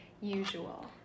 usual